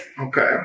Okay